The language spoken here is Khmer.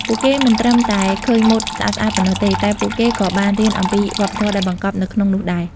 ពួកគេមិនត្រឹមតែឃើញម៉ូដស្អាតៗប៉ុណ្ណោះទេ តែពួកគេក៏បានរៀនអំពីវប្បធម៌ដែលបង្កប់នៅក្នុងនោះដែរ។